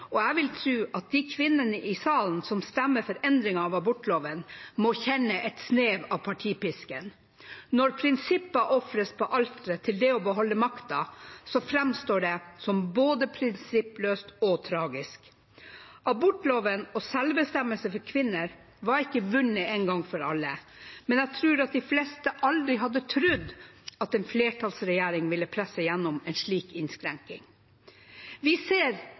og jeg vil tro at de kvinnene i salen som stemmer for endring av abortloven, må kjenne et snev av partipisken. Når prinsipper ofres på alteret til det å beholde makten, fremstår det som både prinsippløst og tragisk. Abortloven og selvbestemmelse for kvinner var ikke vunnet én gang for alle, men jeg tror at de fleste aldri hadde trodd at en flertallsregjering ville presse igjennom en slik innskrenkning. Vi ser